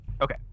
Okay